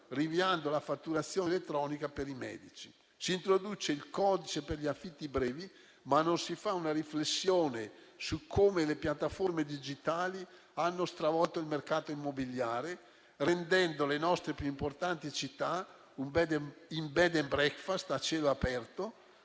rinviando la fatturazione elettronica per i medici. Si introduce il codice per gli affitti brevi, ma non si fa una riflessione su come le piattaforme digitali hanno stravolto il mercato immobiliare, rendendo le nostre più importanti città un *bed and breakfast* a cielo aperto,